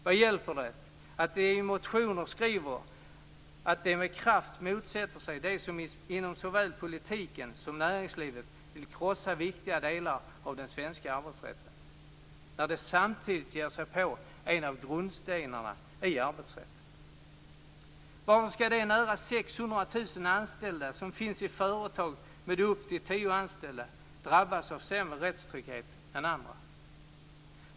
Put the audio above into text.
Vad hjälper det att de i motionen skriver att de "med kraft motsätter sig de som inom såväl politiken som näringslivet vill krossa viktiga delar av den svenska arbetsrätten" när de samtidigt ger sig på en av grundstenarna i arbetsrätten? Varför skall de nära 600 000 anställda som finns i företag med upp till tio anställda drabbas av sämre rättstrygghet än andra?